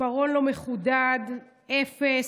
"עיפרון לא מחודד", "אפס",